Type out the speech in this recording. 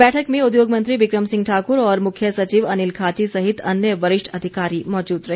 बैठक में उद्योग मंत्री बिक्रम सिंह ठाकुर और मुख्य सचिव अनिल खाची सहित अन्य वरिष्ठ अधिकारी मौजूद रहे